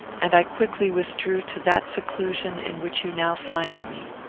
and i quickly withdrew to that seclusion in which you now find me.